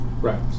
Right